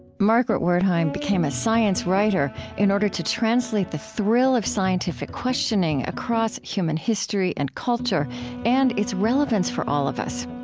margaret wertheim became a science writer in order to translate the thrill of scientific questioning across human history and culture and its relevance for all of us.